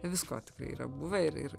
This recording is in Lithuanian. visko tikrai yra buvę ir ir